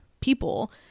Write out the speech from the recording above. people